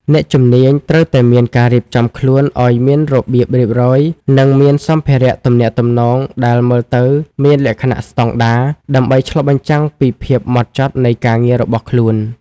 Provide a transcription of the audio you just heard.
អ្នកជំនាញត្រូវតែមានការរៀបចំខ្លួនឱ្យមានរបៀបរៀបរយ និងមានសម្ភារៈទំនាក់ទំនងដែលមើលទៅមានលក្ខណៈស្តង់ដារ ដើម្បីឆ្លុះបញ្ចាំងពីភាពហ្មត់ចត់នៃការងាររបស់ខ្លួន។